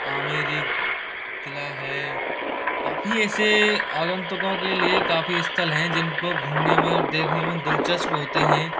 आमेरी किला है काफ़ी ऐसे आगंतुकों के लिए काफ़ी स्थल हैं जिनको घूमने में और देखने में दिलचस्प होते हैं